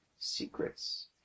secrets